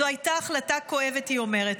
זו הייתה החלטה כואבת, היא אומרת.